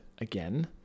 again